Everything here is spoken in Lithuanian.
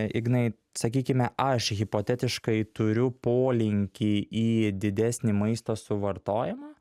ignai sakykime aš hipotetiškai turiu polinkį į didesnį maisto suvartojamą